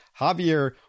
Javier